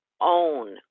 own